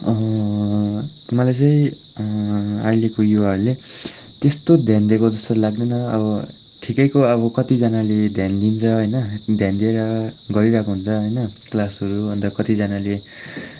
मलाई चाहिँ अहिलेको युवाहरूले त्यस्तो ध्यान दिएको जस्तो लाग्दैन अब ठिकैको अब कतिजनाले ध्यान दिन्छ होइन ध्यान दिएर गरिरहेको हुन्छ होइन क्लासहरू अन्त कतिजनाले